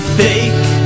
fake